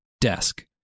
desk